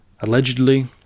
allegedly